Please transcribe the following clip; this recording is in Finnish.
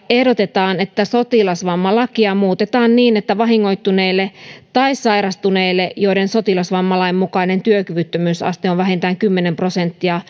ehdotetaan että sotilasvammalakia muutetaan niin että vahingoittuneelle tai sairastuneelle joiden sotilasvammalain mukainen työkyvyttömyysaste on vähintään kymmenen prosenttia